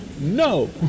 No